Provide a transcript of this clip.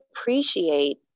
appreciate